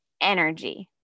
energy